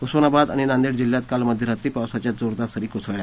उस्मानाबादआणि नांदेड जिल्ह्यात काल मध्यरात्री पावसाच्या जोरदार सरी आल्या